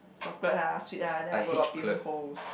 chocolate ah sweet ah then I got the pimples